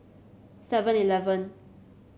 Seven Eleven